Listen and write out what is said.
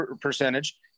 percentage